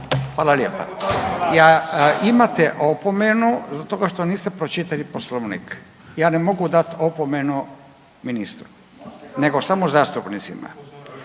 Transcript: Ja, imate opomenu, zbog toga što niste pročitali Poslovnik. Ja ne mogu dati opomenu ministru, nego samo zastupnicima.